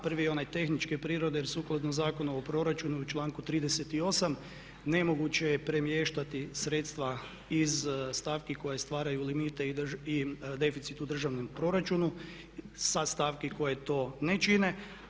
Prvi je onaj tehničke prirode, jer sukladno Zakonu o proračunu i članku 38. nemoguće je premještati sredstva iz stavki koje stvaraju limite i deficit u državnom proračunu sa stavki koje to ne čine.